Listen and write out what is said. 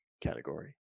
category